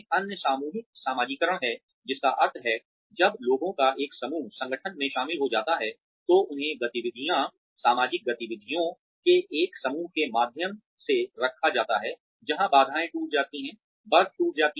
अन्य सामूहिक समाजीकरण है जिसका अर्थ है जब लोगों का एक समूह संगठन में शामिल हो जाता है तो उन्हें गतिविधियों सामाजिक गतिविधियों के एक समूह के माध्यम से रखा जाता है जहां बाधाएं टूट जाती हैं बर्फ टूट जाती है